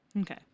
Okay